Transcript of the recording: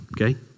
Okay